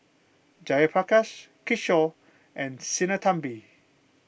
Jayaprakash Kishore and Sinnathamby